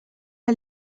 que